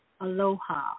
Aloha